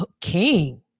King